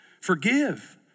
Forgive